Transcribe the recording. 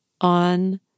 on